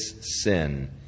sin